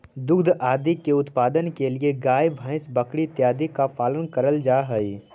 दुग्ध आदि के उत्पादन के लिए गाय भैंस बकरी इत्यादि का पालन करल जा हई